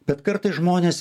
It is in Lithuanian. bet kartais žmonės